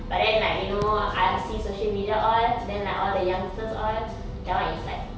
but then like you know I see social media all then like all the youngsters all that [one] is like